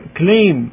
claim